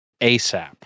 ASAP